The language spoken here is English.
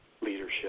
Leadership